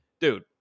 dude